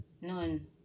none